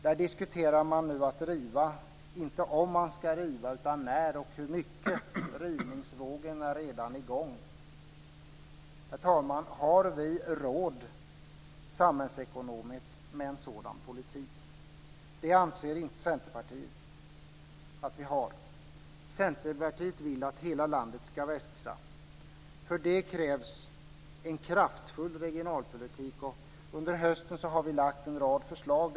Där diskuterar man nu inte om man skall riva utan när och hur mycket. Rivningsvågen är redan i gång. Herr talman! Har vi råd samhällsekonomiskt med en sådan politik? Det anser inte Centerpartiet att vi har. Centerpartiet vill att hela landet skall växa. För det krävs en kraftfull regionalpolitik. Under hösten har vi lagt fram en rad förslag.